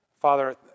Father